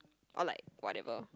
or like whatever